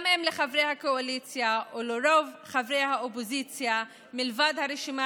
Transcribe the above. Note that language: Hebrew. גם לחברי הקואליציה ולרוב חברי האופוזיציה מלבד הרשימה